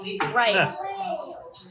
Right